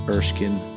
Erskine